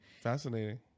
Fascinating